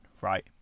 Right